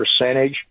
percentage